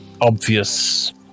obvious